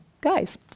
guys